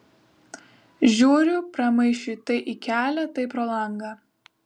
žiūriu pramaišiui tai į kelią tai pro langą